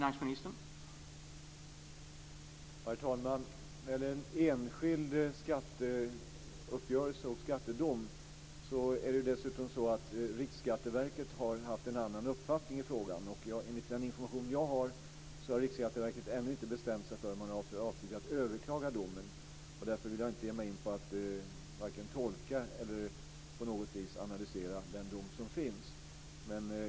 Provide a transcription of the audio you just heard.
Herr talman! Det gäller en enskild skatteuppgörelse och skattedom, och dessutom har Riksskatteverket haft en annan uppfattning i frågan. Enligt den information som jag har har Riksskatteverket ännu inte bestämt sig för om man har för avsikt att överklaga domen. Därför vill jag inte ge mig in på att vare sig tolka eller på något vis analysera den dom som fällts.